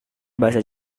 bahasa